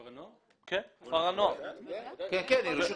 כן, רשות משפטית.